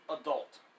adult